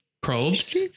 probes